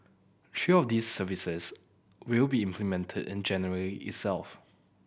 three of these services will be implemented in January itself